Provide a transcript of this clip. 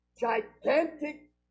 gigantic